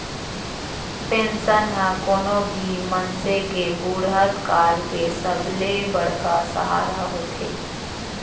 pension ह कोनो भी मनसे के बुड़हत काल के सबले बड़का सहारा होथे